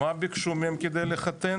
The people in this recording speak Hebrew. מה ביקשו מהם כדי לחתן?